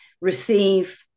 receive